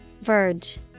Verge